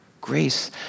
grace